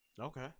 Okay